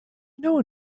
known